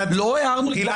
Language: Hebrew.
לא הערנו.